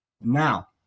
Now